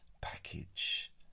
Package